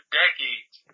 decades